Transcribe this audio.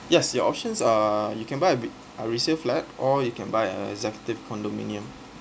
yes your options are you can buy a re~ a resale flat or you can buy a executive condominium